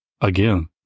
Again